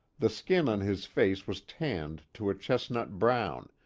the skin on his face was tanned to a chestnut brown,